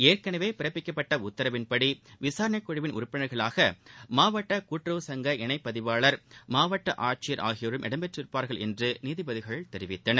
ஏற்கனவே பிறப்பிக்கப்பட்ட உத்தரவின்படி விசாரணைக்குழுவின் உறுப்பினர்களாக மாவட்ட கூட்டுறவு எங்க இணைப்பதிவாளர் மாவட்ட ஆட்சியர் ஆகியோரும் இடம்பெற்றிருப்பார்கள் என்று நீதிபதிகள் தெரிவித்தனர்